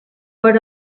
per